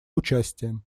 участием